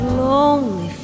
lonely